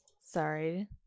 Sorry